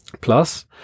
Plus